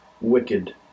wicked